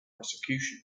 prosecution